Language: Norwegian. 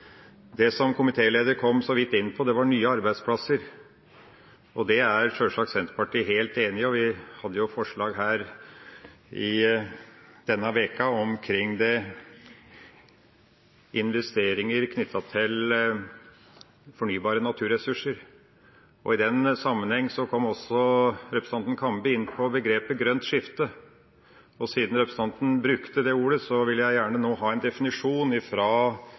komitélederen så vidt kom inn på, var nye arbeidsplasser. Der er sjølsagt Senterpartiet helt enig. Vi hadde forslag her i denne uka om investeringer knyttet til fornybare naturressurser. I den sammenheng kom også representanten Kambe inn på begrepet «grønt skifte». Siden representanten brukte det ordet, vil jeg nå gjerne ha en definisjon